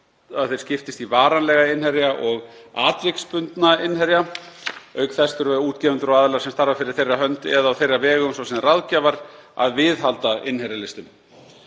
þeir skiptist í varanlega innherja og atviksbundna innherja. Auk þess þurfa útgefendur og aðilar sem starfa fyrir þeirra hönd eða á þeirra vegum, svo sem ráðgjafar, að viðhalda innherjalistum.